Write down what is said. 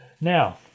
Now